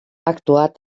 actuat